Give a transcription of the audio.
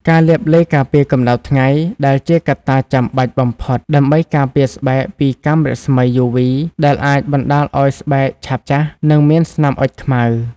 ការលាបឡេការពារកម្ដៅថ្ងៃ ដែលជាកត្តាចាំបាច់បំផុតដើម្បីការពារស្បែកពីកាំរស្មីយូវី ដែលអាចបណ្តាលឱ្យស្បែកឆាប់ចាស់ និងមានស្នាមអុចខ្មៅ ។